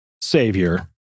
savior